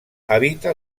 habita